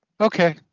okay